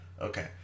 Okay